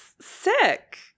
sick